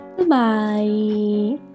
Bye